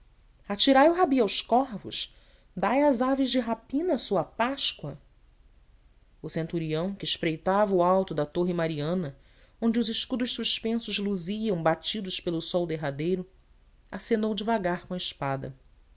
atirai o rabi aos corvos dai às aves de rapina a sua páscoa o centurião que espreitava o alto da torre mariana onde os escudos suspensos luziam batidos pelo sol derradeiro acenou devagar com a espada